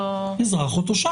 אזרח או תושב.